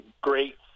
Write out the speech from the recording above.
great